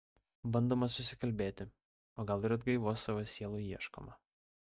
bandoma susikalbėti o gal ir atgaivos savo sielai ieškoma